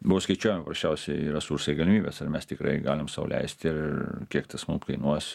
buvo skaičiuojama paprasčiausiai resursai galimybės ar mes tikrai galim sau leisti ir kiek tas mum kainuos